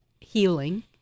healing